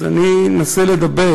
אז אני אנסה לדבר